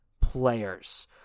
players